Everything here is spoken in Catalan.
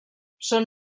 són